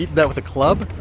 that with a club?